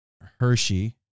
Hershey